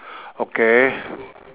okay